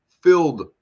filled